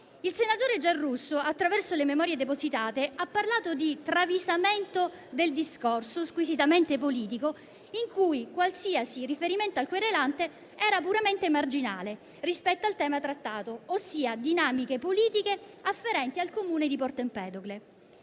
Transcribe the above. Il senatore Giarrusso, attraverso le memorie depositate, ha parlato di travisamento del discorso squisitamente politico in cui qualsiasi riferimento al querelante era puramente marginale rispetto al tema trattato, ossia dinamiche politiche afferenti al Comune di Porto Empedocle.